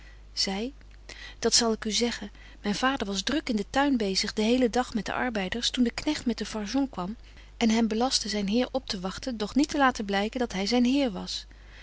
zy dat zal ik u zeggen myn vader was druk in den tuin bezig den helen dag met de arbeiders toen de knegt met de fargon kwam en hem belastte zyn heer optewagten doch niet te laten blyken dat hy zyn heer was